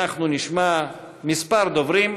אנחנו נשמע כמה דוברים.